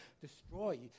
destroy